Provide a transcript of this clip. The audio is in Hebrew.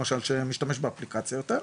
למשל שמשתמש באפליקציה יותר.